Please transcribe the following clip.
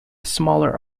smaller